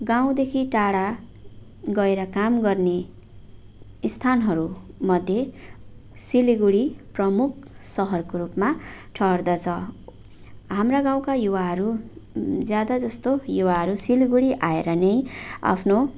गाउँदेखि टाढा गएर काम गर्ने स्थानहरूमध्ये सिलिगुडी प्रमुख सहरको रूपमा ठहर्दछ हाम्रा गाउँका युवाहरू ज्यादा जस्तो युवाहरू सिलिगुडी आएर नै आफ्नो